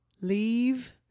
leave